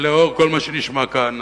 לאור כל מה שנשמע כאן,